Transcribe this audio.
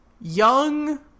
young